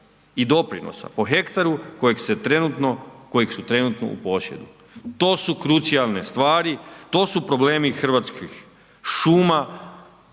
i doprinosa po hektaru kojeg su trenutno u posjedu. To su krucijalne stvari, to su problemi hrvatskih šuma,